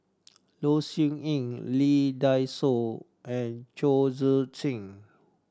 Low Siew Nghee Lee Dai Soh and Chong Tze Chien